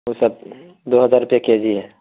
وہ سب دو ہزار روپے کے جی ہے